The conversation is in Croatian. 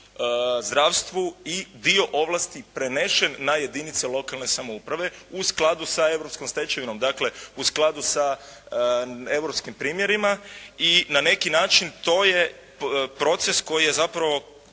zdravstvu i dio ovlasti prenesen na jedinice lokalne samouprave u skladu sa europskom stečevinom, dakle u skladu sa europskim primjerima i na neki način to je proces koji je zapravo